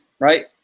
right